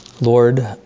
Lord